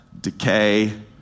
decay